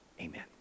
Amen